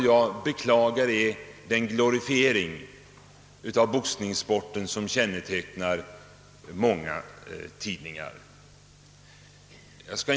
Jag beklagar den glorifiering av boxningssporten som kännetecknar många tidningsartiklar.